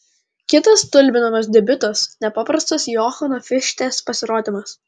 kitas stulbinamas debiutas nepaprastas johano fichtės pasirodymas